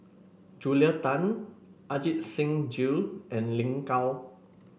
Julia Tan Ajit Singh Gill and Lin Gao